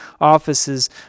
offices